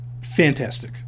Fantastic